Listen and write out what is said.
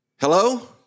Hello